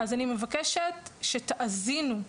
אז אני מבקשת שתאזינו.